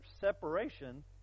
separation